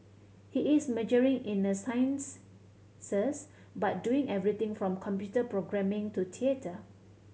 he is majoring in the sciences but doing everything from computer programming to theatre